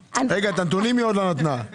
רגע, היא עוד לא הציגה את הנתונים.